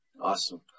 Awesome